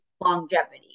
longevity